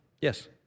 Yes